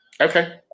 Okay